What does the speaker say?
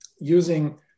using